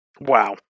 Wow